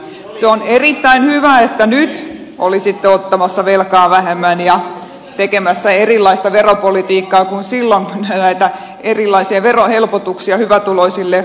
se on erittäin hyvä että nyt olisitte ottamassa velkaa vähemmän ja tekemässä erilaista veropolitiikkaa kuin silloin kun näitä erilaisia verohelpotuksia hyvätuloisille olitte antamassa